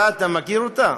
מלכת שבא, אתה מכיר אותה?